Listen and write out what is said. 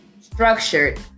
structured